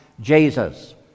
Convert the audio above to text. Jesus